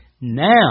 Now